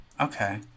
Okay